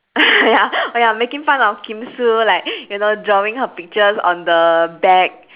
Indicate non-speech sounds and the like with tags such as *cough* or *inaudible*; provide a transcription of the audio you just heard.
*laughs* ya oh ya making fun of kim sue like you know drawing her pictures on the bag